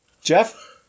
Jeff